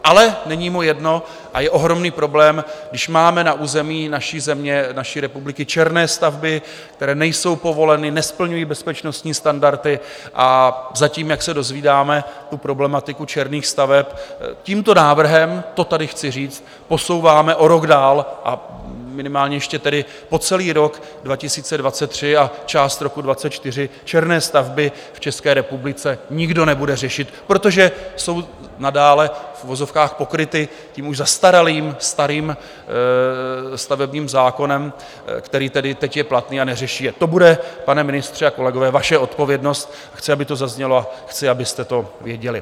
Ale není mu jedno a je ohromný problém, když máme na území naší země, naší republiky černé stavby, které nejsou povoleny, nesplňují bezpečnostní standardy, a zatím, jak se dozvídáme, problematiku černých staveb tímto návrhem to tady chci říct posouváme o rok a dál, a minimálně ještě tedy po celý rok 2023 a část roku 2024 černé stavby v České republice nikdo nebude řešit, protože jsou nadále v uvozovkách pokryty tím už zastaralým, starým stavebním zákonem, který tedy teď je platný , neřeší je, to bude, pane ministře a kolegové, vaše odpovědnost chci, aby to zaznělo, a chci, abyste to věděli.